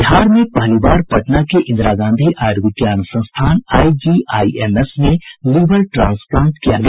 बिहार में पहली बार पटना के इंदिरा गांधी आयुर्विज्ञान संस्थान आईजीआईएमएस में लीवर ट्रांसप्लांट किया गया